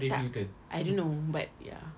tak I don't know but ya